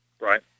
Right